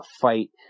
fight